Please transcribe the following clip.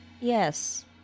Yes